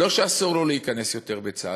לא שאסור לו להיכנס יותר לצה"ל,